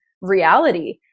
reality